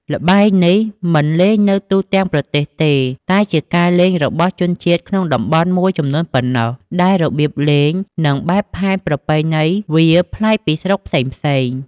ល្បែងនេះមិនលេងនៅទូទាំងប្រទេសទេ តែជាការលេងរបស់ជនជាតិក្នុងតំបន់មួយចំនួនប៉ុណ្ណោះ ដែលរបៀបលេងនិងបែបផែនប្រពៃណីរបស់វាប្លែកពីស្រុកផ្សេងៗ។